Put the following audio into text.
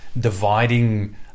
dividing